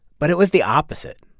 but it was the opposite.